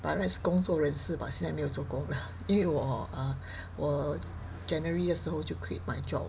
by rights 工作人士 but 现在没有做工 lah 因为我啊我 january 的时候就 quit my job